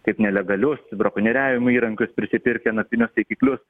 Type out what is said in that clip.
kaip nelegalius brakonieriavimo įrankius prisipirkę naktinius taikiklius